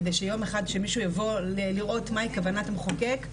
כדי שיום אחד כשמישהו יבוא לראות מהי כוונת המחוקק,